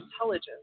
intelligence